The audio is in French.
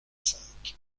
cinq